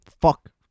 Fuck